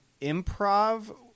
improv